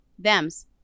Them's